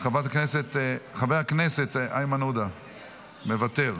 חבר הכנסת איימן עודה, מוותר.